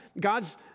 God's